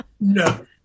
No